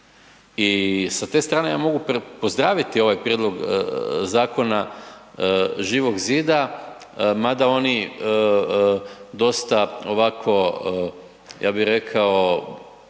I sa te strane ja mogu pozdraviti ovaj prijedlog zakona Živog zida mada oni dosta ovako ja bi rekao